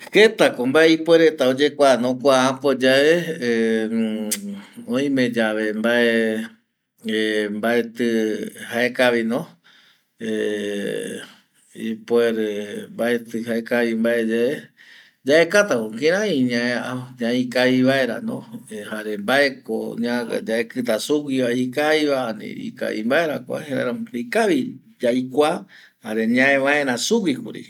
Jeta ko mbae ipuereta oyekua no kua apo yae, oime yave mbae hesitation mbaeti jaekavi no ipuere mbaeti jaekavi mbae yae yaekata ko kirai ñaikavi vaera no jare mbaeko yaeka yaekita suguiva ikavi va, ani ikavimbae ra kuae jaeramo ikavi yaikua jare ñae vaera sugui